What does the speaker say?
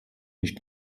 nicht